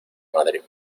madre